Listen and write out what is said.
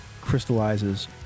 crystallizes